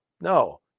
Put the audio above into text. No